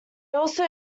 also